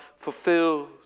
fulfills